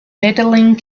medaling